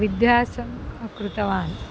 विद्यासं कृतवान्